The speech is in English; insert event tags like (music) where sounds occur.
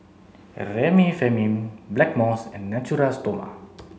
(hesitation) Remifemin Blackmores and Natura Stoma